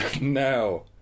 Now